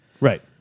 right